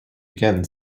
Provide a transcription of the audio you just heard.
again